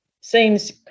seems